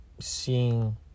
seeing